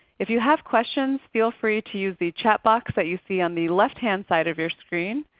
if you have questions feel free to use the chat box that you see on the left-hand side of your screen.